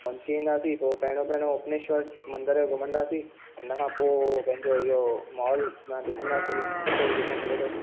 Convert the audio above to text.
पहुची वेंदासीं पोइ पहिरियों पहिरियों ओप्नेश्वर मंदर घुमंदासीं हुन खां पोइ पंहिंजो इहो मॉल मां ॾिसंदासीं सुठो जेको मिले थो